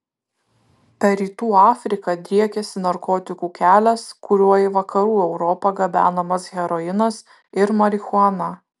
per rytų afriką driekiasi narkotikų kelias kuriuo į vakarų europą gabenamas heroinas ir marihuana